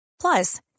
Plus